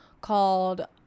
called